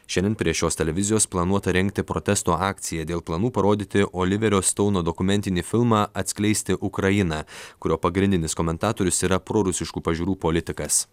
šiandien prie šios televizijos planuota rengti protesto akciją dėl planų parodyti oliverio stouno dokumentinį filmą atskleisti ukrainą kurio pagrindinis komentatorius yra prorusiškų pažiūrų politikas